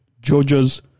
georgia's